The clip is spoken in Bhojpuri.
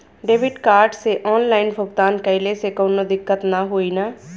डेबिट कार्ड से ऑनलाइन भुगतान कइले से काउनो दिक्कत ना होई न?